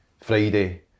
Friday